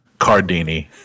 Cardini